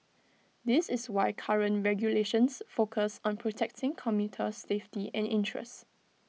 this is why current regulations focus on protecting commuter safety and interests